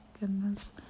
goodness